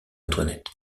antoinette